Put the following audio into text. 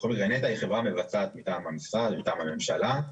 בכל מקרה נת"ע היא החברה המבצעת מטעם המשרד ומטעם הממשלה,